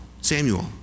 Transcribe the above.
Samuel